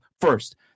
first